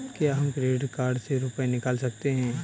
क्या हम credit card से रुपये निकाल सकते हैं?